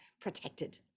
protected